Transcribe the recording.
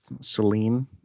Celine